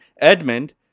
Edmund